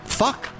fuck